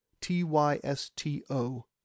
T-Y-S-T-O